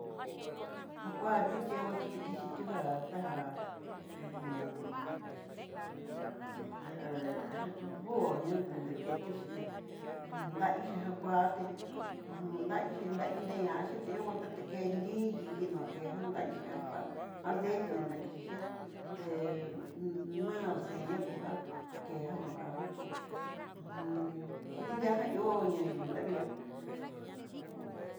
Jakua chichil ngual xhitetixitió, já tajá ho o on ajá jachú buo ñá deke tu xhité dahixi jakuaté, uj daviixí ndei dadiki nreñaxhí ti'ó vueltati ke'e nriyii kino kejan da'i xhi'a kua adetenná kixhixi, te mal xeña kojá keja kojanaku udingiaja ihó nayivii nriavi ihá.